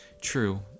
true